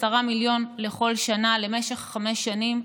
10 מיליון לכל שנה למשך חמש שנים,